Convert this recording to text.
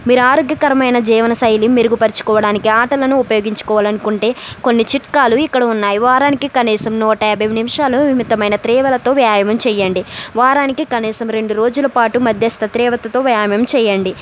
మీరు ఆరోగ్యకరమైన జీవనశైలి మెరుగుపరచుకోవడానికి ఆటలను ఉపయోగించుకోవాలనుకుంటే కొన్ని చిట్కాలు ఇక్కడ ఉన్నాయి వారానికి కనీసం నూటాబై నిమిషాలు నిమిత్తమైన తీవ్రతతో వ్యాయామం చేయండి వారానికి కనీసం రెండు రోజులపాటు మధ్యస్థ తీవ్రతతో వ్యాయామం చేయండి